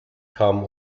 kamen